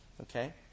Okay